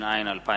התש"ע 2010,